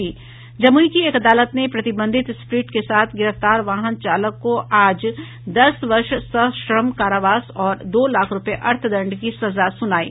जमुई की एक अदालत ने प्रतिबंधित स्प्रिट के साथ गिरफ्तार वाहन चालक को आज दस वर्ष सश्रम कारावास और दो लाख रुपये अर्थदंड की सजा सुनायी